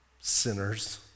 sinners